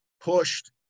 pushed